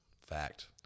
Fact